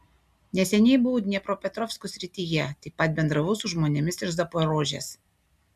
neseniai buvau dniepropetrovsko srityje taip pat bendravau su žmonėmis iš zaporožės